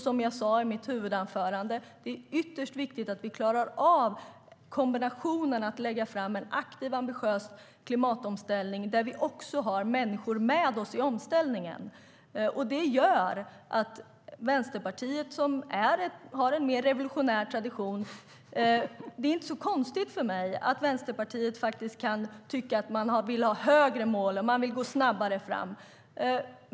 Som jag sa i mitt huvudanförande är det ytterst viktigt att vi klarar av kombinationen att lägga fram en aktiv och ambitiös klimatomställning där vi också har människor med oss i omställningen. Vänsterpartiet har en mer revolutionär tradition. Det är inte så konstigt för mig att Vänsterpartiet vill ha högre mål och vill gå snabbare fram.